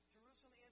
Jerusalem